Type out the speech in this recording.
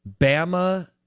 Bama